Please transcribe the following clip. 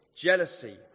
jealousy